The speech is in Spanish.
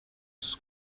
sus